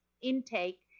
intake